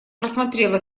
просмотрела